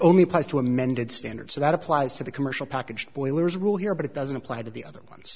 only applies to amended standards so that applies to the commercial packaged boilers rule here but it doesn't apply to the other one